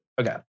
Okay